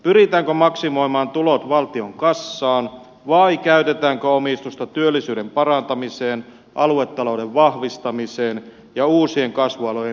pyritäänkö maksimoimaan tulot valtion kassaan vai käytetäänkö omistusta työllisyyden parantamiseen aluetalouden vahvistamiseen ja uusien kasvualojen tukemiseen